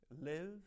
live